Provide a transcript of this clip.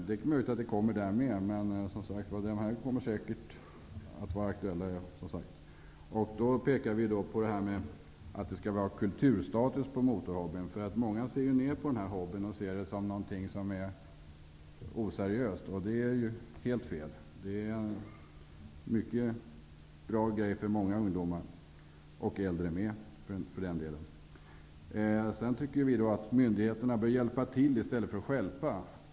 Det är möjligt att utredningen kommer med samma förslag som vi har fört fram i motionen. De kommer säkert att vara aktuella. Vi motionärer pekar på att det skall vara kulturstatus på motorhobbyn. Många ser ned på den och betraktar den som något oseriöst, vilket är helt fel. Det är en mycket bra grej för många ungdomar -- och äldre med för den delen. Vi tycker att myndigheterna bör hjälpa till i stället för stjälpa.